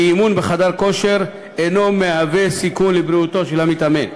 כי אימון בחדר כושר אינו מהווה סיכון לבריאותו של המתאמן.